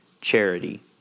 charity